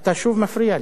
אתה שוב מפריע לי.